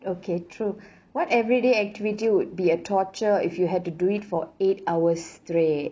okay true what everyday activity would be a torture if you had to do it for eight hours straight